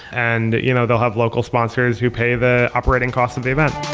and you know they'll have local sponsors who pay the operating cost of the event